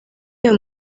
ayo